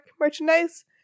merchandise